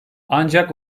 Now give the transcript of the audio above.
ancak